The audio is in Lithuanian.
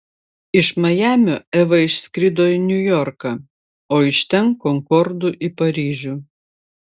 iš majamio eva išskrido į niujorką o iš ten konkordu į paryžių